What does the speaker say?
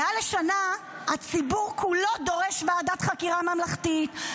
מעל לשנה הציבור כולו דורש ועדת חקירה ממלכתית.